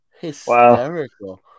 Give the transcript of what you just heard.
Hysterical